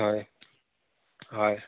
হয় হয়